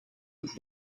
with